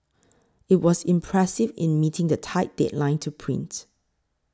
it was impressive in meeting the tight deadline to print